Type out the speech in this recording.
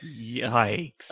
Yikes